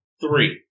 Three